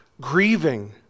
grieving